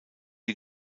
die